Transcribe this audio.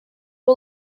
nhw